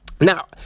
Now